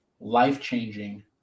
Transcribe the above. life-changing